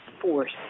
force